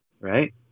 right